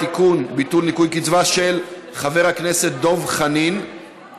אפשר להוסיף אותי